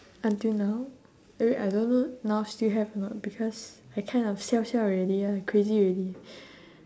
until now wait I don't know now still have or not because I kind of siao siao already ah crazy already